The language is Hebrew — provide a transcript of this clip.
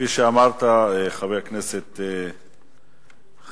כפי שאמרת, חבר הכנסת חנין,